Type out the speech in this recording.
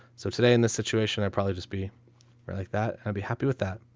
so today in this situation, i'd probably just be or like that and i'd be happy with that.